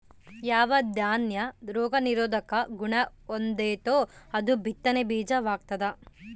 ಯಾವ ದಾನ್ಯ ರೋಗ ನಿರೋಧಕ ಗುಣಹೊಂದೆತೋ ಅದು ಬಿತ್ತನೆ ಬೀಜ ವಾಗ್ತದ